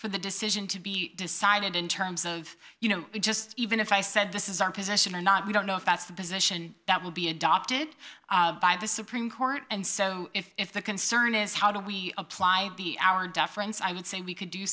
for the decision to be decided in terms of you know just even if i said this is our position or not we don't know if that's the position that will be adopted by the supreme court and so if the concern is how do we apply our deference i would say we could do